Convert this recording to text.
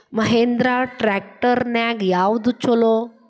Mahindra tractor ನ್ಯಾಗ ಯಾವ್ದ ಛಲೋ?